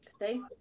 see